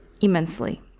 immensely